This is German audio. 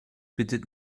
bittet